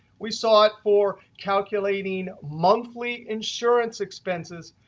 we saw it for calculating monthly insurance expenses.